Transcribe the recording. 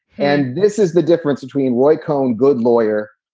and this is the difference between roy cohn, good lawyer,